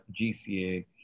GCA